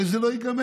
הרי זה לא ייגמר.